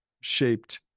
shaped